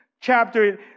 chapter